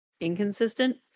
inconsistent